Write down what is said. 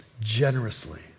generously